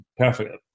Perfect